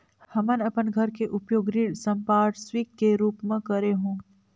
हमन अपन घर के उपयोग ऋण संपार्श्विक के रूप म करे हों